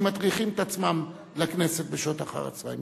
מטריחים את עצמם לכנסת בשעות אחר הצהריים.